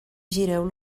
gireu